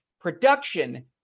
production